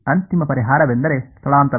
ಅಂತಿಮ ಪರಿಹಾರವೆಂದರೆ ಸ್ಥಳಾಂತರ